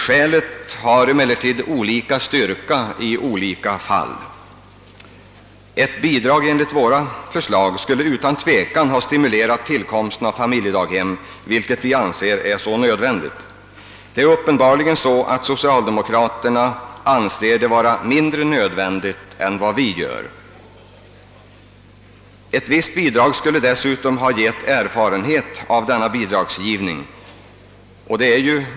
Skälen har emellertid olika styrka i olika fall. Ett bidrag enligt våra förslag skulle utan tvivel ha stimulerat tillkomsten av familjedaghem vilka wvi anser så nödvändiga. Det är uppenbarligen så, att socialdemokraterna uppfattar dem som mindre nödvändiga än vi. Ett bidrag skulle dessutom ha gett viss erfarenhet av det här slaget av bidragsgivning.